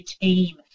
team